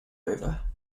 over